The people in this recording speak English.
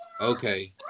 Okay